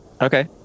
okay